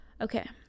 Okay